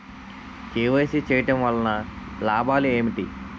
KYC చేయటం వలన లాభాలు ఏమిటి?